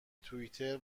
توییتر